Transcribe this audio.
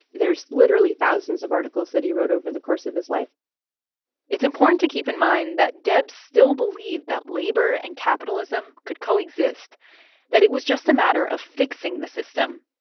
there's literally thousands of articles that he wrote over the course of his life it's important to keep in mind that debs still believed that labor and capitalism could coexist that it was just a matter of fixing the system,